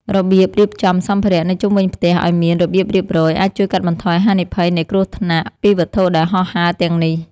របៀបរៀបចំសម្ភារៈនៅជុំវិញផ្ទះឱ្យមានរបៀបរៀបរយអាចជួយកាត់បន្ថយហានិភ័យនៃគ្រោះថ្នាក់ពីវត្ថុដែលហោះហើរទាំងនេះ។